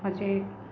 એમાં જે